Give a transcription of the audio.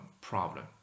problem